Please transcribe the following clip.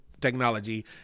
technology